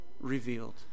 revealed